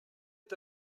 est